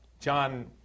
John